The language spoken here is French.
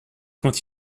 quand